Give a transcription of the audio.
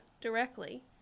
directly